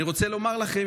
אני רוצה לומר לכם,